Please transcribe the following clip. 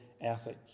ethic